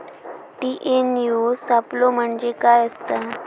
TNAU सापलो म्हणजे काय असतां?